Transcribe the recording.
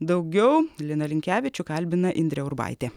daugiau liną linkevičių kalbina indrė urbaitė